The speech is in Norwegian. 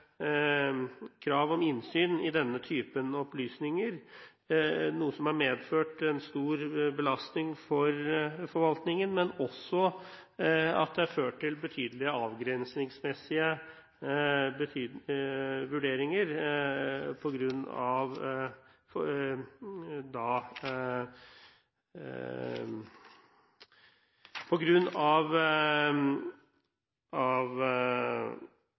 krav om innsyn i denne typen opplysninger, noe som har medført en stor belastning for forvaltningen, og også har ført til betydelige avgrensningsmessige vurderinger av